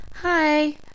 hi